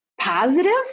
positive